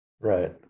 Right